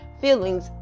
feelings